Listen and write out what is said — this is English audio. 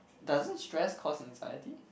doesn't stress cause anxiety